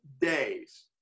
days